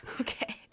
Okay